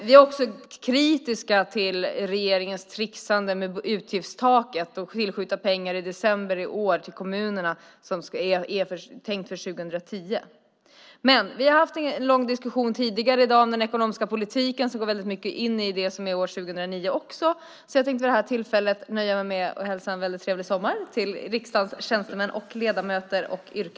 Vi är kritiska till regeringens tricksande med utgiftstaket och med att i december i år tillskjuta pengar till kommunerna - pengar som är tänkta för år 2010. Men vi har tidigare i dag haft en lång diskussion om den ekonomiska politiken som väldigt mycket går in också i det som gäller år 2009. Därför tänker jag vid detta tillfälle nöja mig med att tillönska riksdagens tjänstemän och ledamöter en väldigt trevlig sommar.